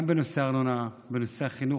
גם בנושא הארנונה ובנושא החינוך,